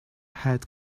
had